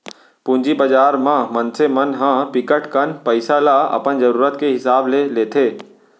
पूंजी बजार म मनसे मन ह बिकट कन पइसा ल अपन जरूरत के हिसाब ले लेथे